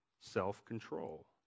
self-control